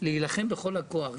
להילחם בכל הכוח.